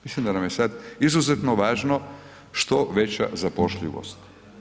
Mislim da nam je sad izuzetno važno što veća zapošljivost.